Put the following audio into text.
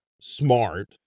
smart